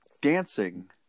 dancing